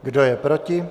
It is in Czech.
Kdo je proti?